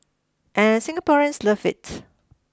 and Singaporeans love it